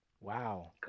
Wow